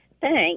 thanks